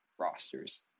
rosters